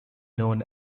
known